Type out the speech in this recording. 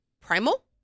primal